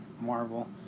Marvel